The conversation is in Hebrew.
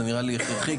זה נראה לי הכרחי,